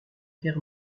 guerre